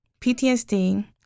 PTSD